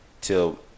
Till